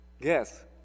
Guess